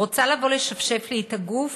רוצה לבוא לשפשף לי את הגוף?"